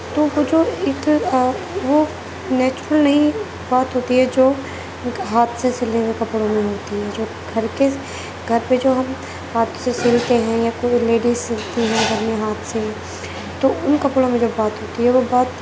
تو وہ جو ایک وہ نیچرل نہیں بات ہوتی ہے جو ہاتھ سے سلے ہوئے کپڑوں میں ہوتی ہے جو گھر کے گھر پہ جو ہم ہاتھ سے سلتے ہیں یا کوئی لیڈیز سلتی ہیں گھر میں ہاتھ سے تو ان کپڑوں میں جو بات ہوتی ہے وہ بات